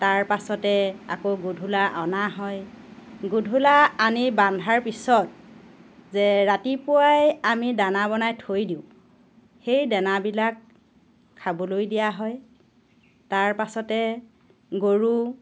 তাৰ পাছতে আকৌ গধূলি অনা হয় গধূলি আনি বান্ধাৰ পিছত যে ৰাতিপুৱাই আমি দানা বনাই থৈ দিওঁ সেই দানাবিলাক খাবলৈ দিয়া হয় তাৰ পাছতে গৰু